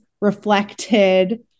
reflected